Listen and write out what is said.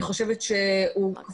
אני חושבת שהוא היה מעיד,